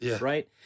right